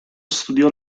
studiò